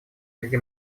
среди